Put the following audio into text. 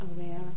aware